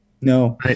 no